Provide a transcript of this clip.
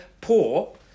poor